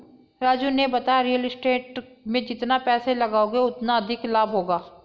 राजू ने बताया real estate में जितना पैसे लगाओगे उतना अधिक लाभ होगा